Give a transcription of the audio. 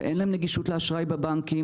שאין להם נגישות לאשראי בבנקים.